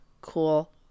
Cool